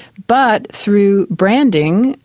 but through branding,